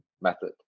method